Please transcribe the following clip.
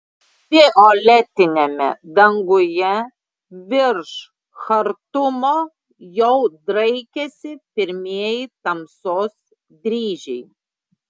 violetiniame danguje virš chartumo jau draikėsi pirmieji tamsos dryžiai